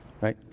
right